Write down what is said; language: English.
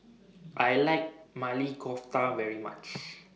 I like Maili Kofta very much